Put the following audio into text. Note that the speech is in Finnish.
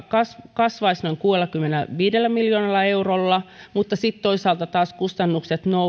kasvaisi noin kuudellakymmenelläviidellä miljoonalla eurolla mutta sitten toisaalta taas kustannukset